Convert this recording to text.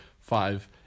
five